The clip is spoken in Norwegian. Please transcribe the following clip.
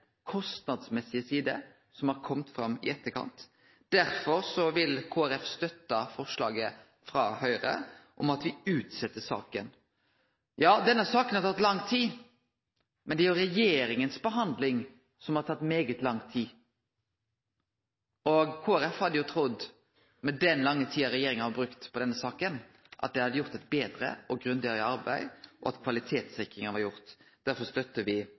som har kome fram i etterkant. Derfor vil Kristeleg Folkeparti støtte forslaget frå Høgre om at me utset saka. Denne saka har teke lang tid, men det er jo regjeringas behandling som har teke veldig lang tid. Kristeleg Folkeparti hadde trudd, med den lange tida regjeringa har brukt på denne saka, at dei hadde gjort eit betre og grundigare arbeid, og at kvalitetssikringa var gjort. Derfor støttar